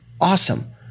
awesome